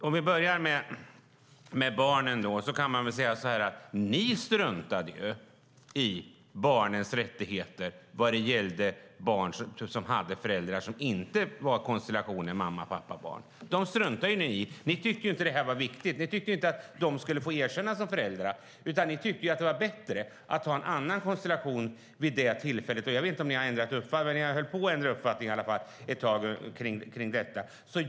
Herr talman! Vi börjar med barnen. Ni struntade i barnens rättigheter vad gällde barn som hade föräldrar som inte var i konstellationen mamma-pappa-barn. De struntade ni i. Ni tyckte inte att det var viktigt och att dessa människor skulle få erkännas som föräldrar. Ni tyckte att det var bättre att ha en annan konstellation vid det tillfället. Jag vet inte om ni har ändrat uppfattning. Ni höll i varje fall på att ändra uppfattning ett tag om detta.